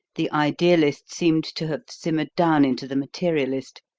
the idealist seemed to have simmered down into the materialist,